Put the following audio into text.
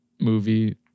movie